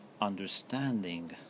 understanding